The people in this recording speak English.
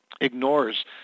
ignores